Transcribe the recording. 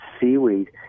seaweed